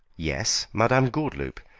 yes, madame gordeloup.